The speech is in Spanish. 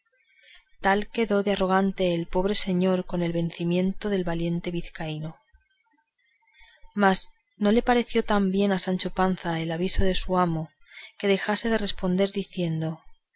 tal quedó de arrogante el pobre señor con el vencimiento del valiente vizcaíno mas no le pareció tan bien a sancho panza el aviso de su amo que dejase de responder diciendo